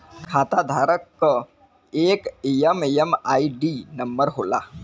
खाताधारक क एक एम.एम.आई.डी नंबर होला